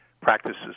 practices